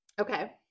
Okay